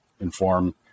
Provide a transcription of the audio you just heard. inform